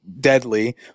deadly